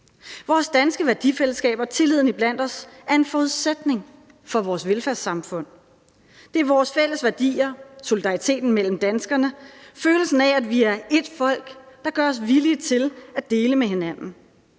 Vores danske værdifællesskab og tilliden iblandt os er en forudsætning for vores velfærdssamfund. Det er vores fælles værdier, solidariteten mellem danskerne, følelsen af, at vi er ét folk, der gør os villige til at dele med hinanden.